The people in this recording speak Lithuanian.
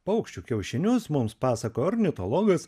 paukščių kiaušinius mums pasakoja ornitologas